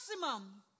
maximum